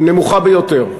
נמוכה ביותר.